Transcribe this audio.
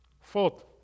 Fourth